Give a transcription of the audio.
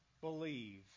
believe